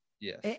yes